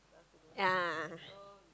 a'ah a'ah